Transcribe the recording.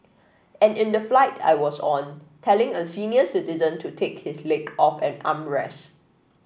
and in the flight I was on telling a senior citizen to take his leg off an armrest